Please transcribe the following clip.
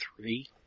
three